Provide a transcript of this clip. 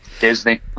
Disney